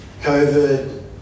COVID